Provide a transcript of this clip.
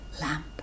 lamp